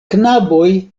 knaboj